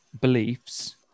beliefs